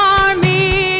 army